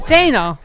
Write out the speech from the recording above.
Dana